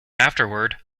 afterward